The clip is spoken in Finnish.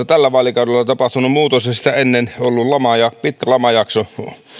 tällä vaalikaudella on tapahtunut muutos ja sitä ennen ollut pitkä lamajakso